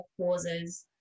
causes